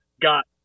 got